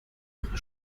ihre